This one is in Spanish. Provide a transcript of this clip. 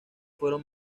fueron